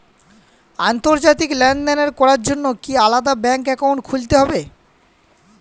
আন্তর্জাতিক লেনদেন করার জন্য কি আলাদা ব্যাংক অ্যাকাউন্ট খুলতে হবে?